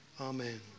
Amen